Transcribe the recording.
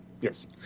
Yes